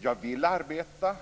Jag vill arbeta.